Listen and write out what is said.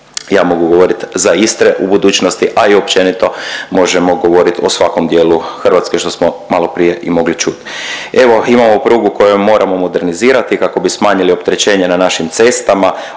ja mogu govoriti za Istru u budućnosti, a i općenito možemo govorit o svakom dijelu Hrvatske što smo maloprije i mogli čuti. Evo, imamo prugu koju moramo modernizirati kako bi smanjili opterećenja na našim cestama